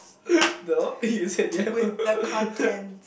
no you said you haven't